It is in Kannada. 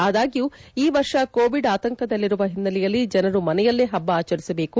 ಆದಾಗ್ಡೂ ಈ ವರ್ಷ ಕೋವಿಡ್ ಆತಂಕದಲ್ಲಿರುವ ಹಿನ್ನೆಲೆಯಲ್ಲಿ ಜನರು ಮನೆಯಲ್ಲೇ ಪಬ್ಲವನ್ನು ಆಚರಿಸಬೇಕು